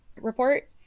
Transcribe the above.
Report